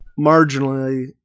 marginally